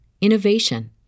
innovation